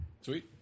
Sweet